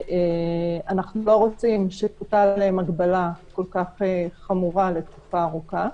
ואנחנו לא רוצים שתוטל עליהם הגבלה כל כך חמורה לתקופה ארוכה,